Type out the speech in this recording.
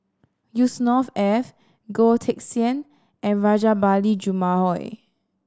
Yusnor Ef Goh Teck Sian and Rajabali Jumabhoy